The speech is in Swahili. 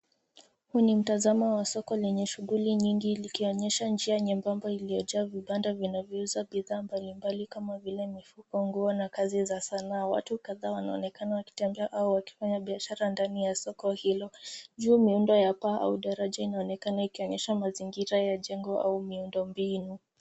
Huu ni mtazamo wa soko lenye shughuli nyingi likionyesha njia nyembamba iliyojaa vibanda vinavyouza bidhaa mbalimbali kama vile mifuko, nguo na kazi za salaa. Watu kadhaa wanaonekana wakitembea au wakifanya biashara ndani ya soko hilo. Juu, miundo ya paa au daraja inaonekana ikionyesha mazingira ya jengo au miundombinu.